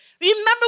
Remember